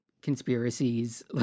conspiracies